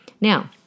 Now